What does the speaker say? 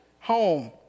home